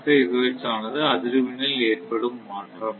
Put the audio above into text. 5 hertz ஆனது அதிர்வெண்ணில் ஏற்படும் மாற்றம்